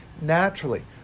naturally